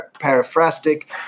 paraphrastic